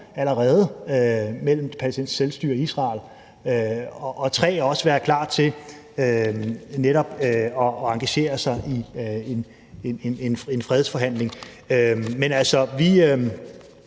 allerede mellem det palæstinensiske selvstyre og Israel, og 3) være klar til netop til at engagere sig i en fredsforhandling. Men, altså, vi